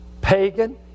pagan